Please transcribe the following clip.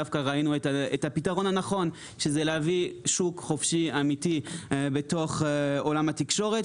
דווקא ראינו את הפתרון הנכון שזה להביא שוק חופשי אמיתי לעולם התקשורת,